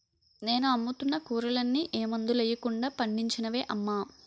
నేను అమ్ముతున్న కూరలన్నీ ఏ మందులెయ్యకుండా పండించినవే అమ్మా